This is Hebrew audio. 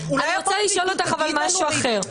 לנו --- אני רוצה לשאול אותך משהו אחר.